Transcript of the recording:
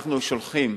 אנחנו שולחים